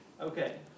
Okay